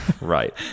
Right